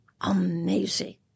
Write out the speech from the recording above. Amazing